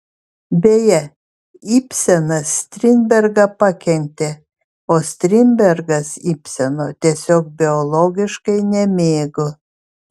beje ibsenas strindbergą pakentė o strindbergas ibseno tiesiog biologiškai nemėgo